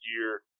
year